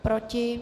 Proti?